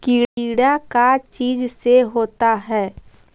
कीड़ा का चीज से होता है?